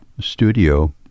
studio